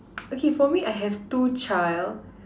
okay for me I have two child